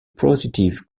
positive